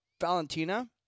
Valentina